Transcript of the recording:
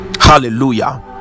hallelujah